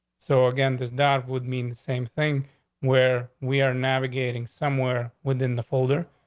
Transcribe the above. so again, this that would mean the same thing where we are navigating somewhere within the folder,